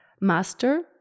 master